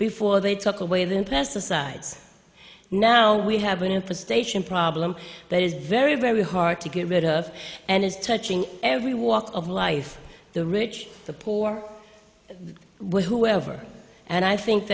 before they took away the pesticides now we have been in for station problem that is very very hard to get rid of and is touching every walk of life the rich the poor with whoever and i think